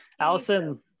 allison